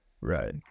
right